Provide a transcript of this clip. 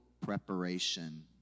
preparation